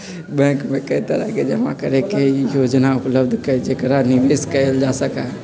bank में कई तरह के जमा करे के योजना उपलब्ध हई जेकरा निवेश कइल जा सका हई